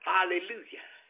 Hallelujah